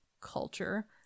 Culture